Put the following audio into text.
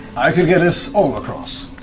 i can get us all across,